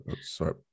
Sorry